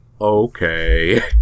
okay